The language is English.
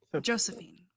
Josephine